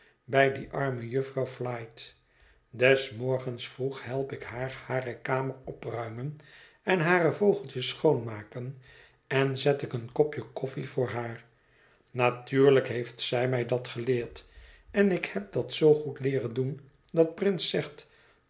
bij die arme jufvrouw flite des morgens vroeg help ik haar hare kamer opruimen en hare vogeltjes schoonmaken en zet ik een kopje koffie voor haar natuurlijk heeft zij mij dat geleerd en ik heb dat zoo goed leeren doen dat prince zegt